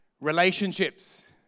Relationships